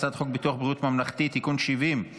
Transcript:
אני קובע כי הצעת חוק הבנקאות (רישוי) (תיקון מס' 32)